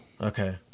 Okay